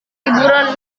liburan